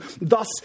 thus